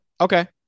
Okay